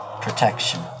protection